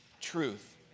truth